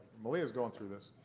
malia is going through this.